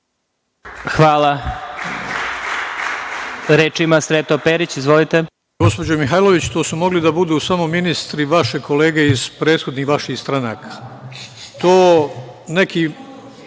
Hvala. Reč ima Sreto Perić. Izvolite.